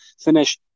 finish